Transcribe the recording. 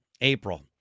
April